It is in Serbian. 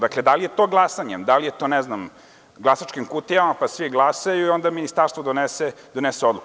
Dakle, da li je to glasanjem, da li je to glasačkim kutijama, pa svi glasaju i onda ministarstvo donese odluku?